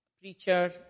preacher